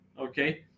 okay